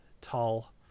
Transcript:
tall